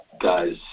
guys